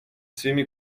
svými